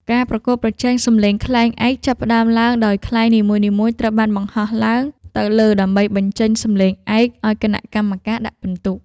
ការប្រកួតប្រជែងសំឡេងខ្លែងឯកចាប់ផ្ដើមឡើង ដោយខ្លែងនីមួយៗត្រូវបានបង្ហោះឡើងទៅលើដើម្បីបញ្ចេញសំឡេងឯក ឱ្យគណៈកម្មការដាក់ពិន្ទុ។